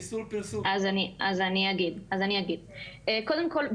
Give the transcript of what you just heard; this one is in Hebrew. קודם כל,